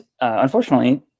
unfortunately